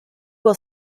will